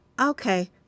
Okay